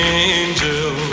angel